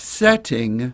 setting